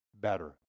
better